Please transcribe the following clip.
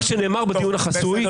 מה שנאמר בדיון החסוי,